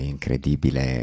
incredibile